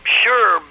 sure